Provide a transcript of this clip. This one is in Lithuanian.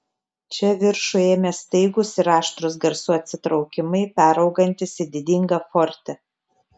čia viršų ėmė staigūs ir aštrūs garsų atsitraukimai peraugantys į didingą forte